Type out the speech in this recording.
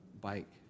bike